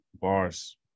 Bars